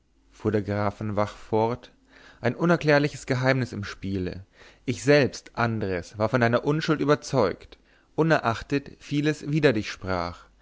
der graf von vach fort ein unerklärliches geheimnis im spiele ich selbst andres war von deiner unschuld überzeugt unerachtet vieles wider dich sprach